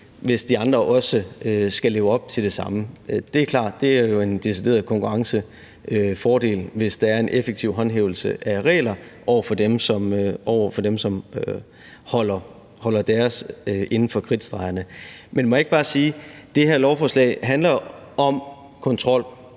hvis de andre også skal leve op til det samme. Det er klart. Det er jo en decideret konkurrencefordel, hvis der er en effektiv håndhævelse af regler over for dem, som holder deres inden for kridtstregerne. Men må jeg ikke bare sige, at det her lovforslag handler om kontrol.